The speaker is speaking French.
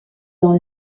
dans